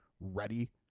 ready